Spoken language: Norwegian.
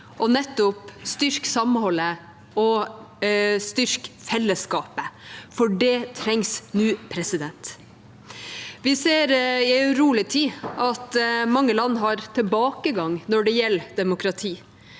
til nettopp å styrke samholdet og styrke fellesskapet. Det trengs nå. Vi ser i en urolig tid at mange land har tilbakegang når det gjelder demokrati.